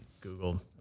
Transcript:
Google